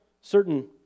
certain